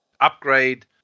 upgrade